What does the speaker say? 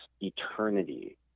eternity